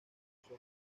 causó